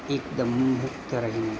એકદમ મુક્ત રહી